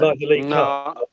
No